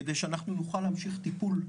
כדי שנבין על מה מדובר,